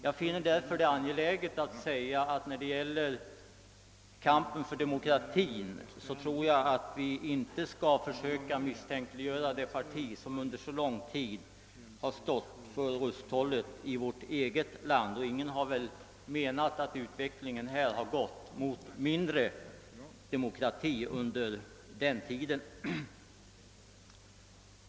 Man skall därför inte försöka misstänkliggöra det parti som under så lång tid har stått för rusthållet i vårt eget land. Ingen kan väl heller hävda att utvecklingen under socialdemokratins tid vid makten gått mot mindre demokrati.